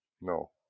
no